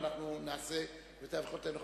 ואנחנו נעשה כמיטב יכולתנו.